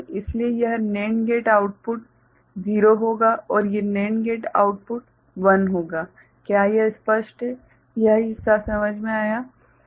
इसलिए यह NAND gate output 0 होगा और ये NAND गेट आउटपुट 1 होगा क्या यह स्पष्ट है यह हिस्सा समझ में आया है